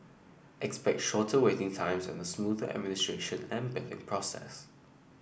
expect shorter waiting times and a smoother administration and billing process